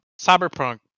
Cyberpunk